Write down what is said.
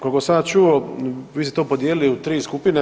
Koliko sam ja čuo vi ste to podijelili u tri skupine.